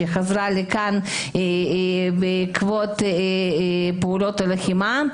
היא חזרה לכאן בעקבות פעולות הלחימה.